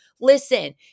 Listen